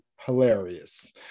hilarious